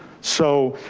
so